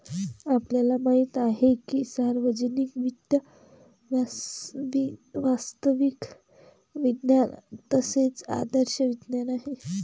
आपल्याला माहित आहे की सार्वजनिक वित्त वास्तविक विज्ञान तसेच आदर्श विज्ञान आहे